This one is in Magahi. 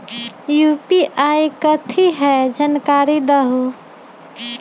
यू.पी.आई कथी है? जानकारी दहु